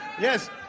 Yes